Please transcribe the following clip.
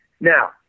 Now